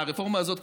הרפורמה הזאת,